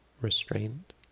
restraint